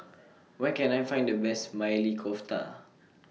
Where Can I Find The Best Maili Kofta